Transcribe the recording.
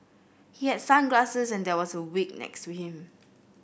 he had sunglasses and there was a wig next to him